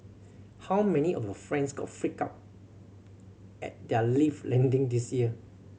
how many of your friends got freaked out at their lift landing this year